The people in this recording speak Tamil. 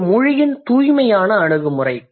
இது மொழியின் தூய்மையான அணுகுமுறை